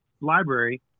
library